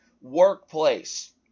workplace